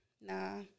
Nah